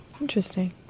Interesting